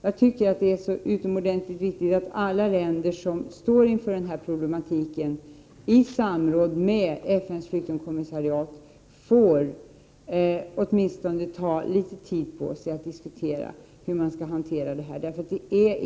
Det är utomordentligt viktigt att alla länder som står inför denna problematik får ta litet tid på sig för att diskutera hur frågan skall hanteras, i samråd med FN:s flyktingkommissariat.